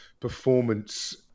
performance